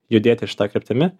judėti šita kryptimi